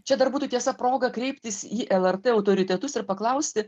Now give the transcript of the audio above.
čia dar būtų tiesa proga kreiptis į lrt autoritetus ir paklausti